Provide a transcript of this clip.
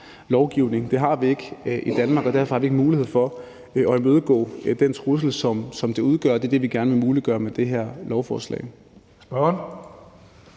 til det. Det har vi ikke i Danmark, og derfor har vi ikke mulighed for at imødegå den trussel, som det udgør, og det er det, vi gerne vil muliggøre med det her lovforslag.